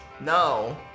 No